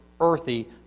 earthy